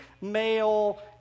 male